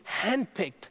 handpicked